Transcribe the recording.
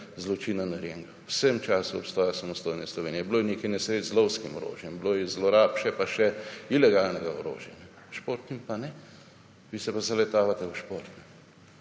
zločina narejenega v vsem času obstoja samostojne Slovenije. Bilo je nekaj nesreč z lovskim orožjem, bilo je zlorab še in še ilegalnega orožja, s športnim pa ne, vi se pa zaletavate v šport.